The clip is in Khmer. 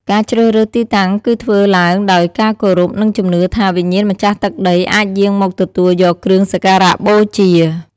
ការជ្រើសរើសទីតាំងគឺធ្វើឡើងដោយការគោរព និងជំនឿថា វិញ្ញាណម្ចាស់ទឹកដីអាចយាងមកទទួលយកគ្រឿងសក្ការៈបូជា។